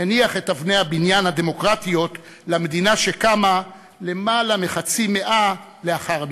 הניח את אבני הבניין הדמוקרטיות למדינה שקמה למעלה מחצי מאה לאחר מכן.